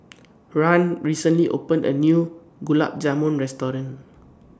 Rahn recently opened A New Gulab Jamun Restaurant